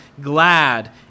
glad